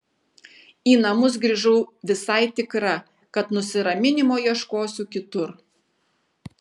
į namus grįžau visai tikra kad nusiraminimo ieškosiu kitur